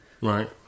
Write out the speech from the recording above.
Right